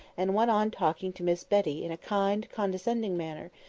and went on talking to miss betty in a kind, condescending manner,